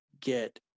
get